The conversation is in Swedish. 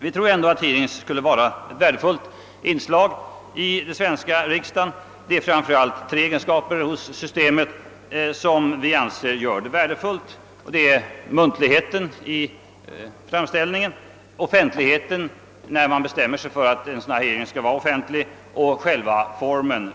Vi tror att hearings skulle vara ett värdefullt inslag i den svenska riksdagen, och det är framför allt tre egenskaper hos systemet som vi anser värdefulla: muntligheten, offentligheten och frågeformen.